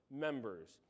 members